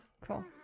Cool